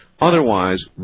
otherwise